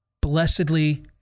blessedly